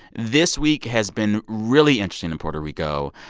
this week has been really interesting in puerto rico.